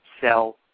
sell